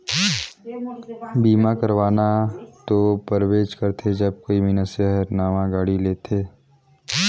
बीमा करवाना तो परबेच करथे जब कोई मइनसे हर नावां गाड़ी लेथेत